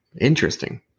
interesting